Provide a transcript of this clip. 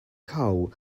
cow